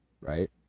right